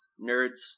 nerds